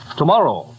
tomorrow